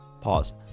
Pause